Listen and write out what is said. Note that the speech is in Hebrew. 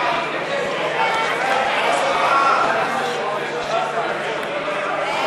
להסיר מסדר-היום את הצעת חוק מס ערך מוסף (תיקון,